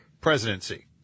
presidency